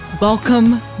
welcome